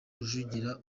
rujugira